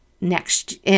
next